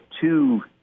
two